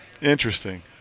interesting